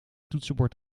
toetsenbord